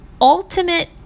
ultimate